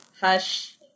hush